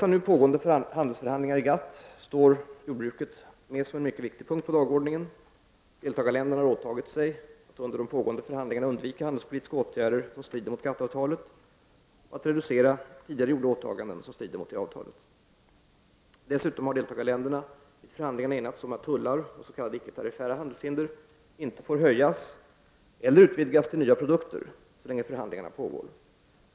I de nu pågående handelsförhandlingarna i GATT står jordbruket med som en mycket viktig punkt på dagordningen. Deltagarländerna har åtagit sig att under de pågående förhandlingarna undvika handelspolitiska åtgärder som strider mot GATT-avtalet samt att reducera tidigare gjorda åtgärder som strider mot detta avtal. Dessutom har deltagarländerna vid förhandlingarna enats om att tullar och s.k. icke-tariffära handelshinder inte får höjas eller utvidgas till nya produkter så länge förhandlingarna pågår.